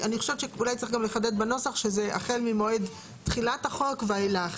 אני חושבת שאולי צריך גם לחדד בנוסח שזה החל ממועד תחילת החוק ואילך.